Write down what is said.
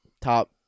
top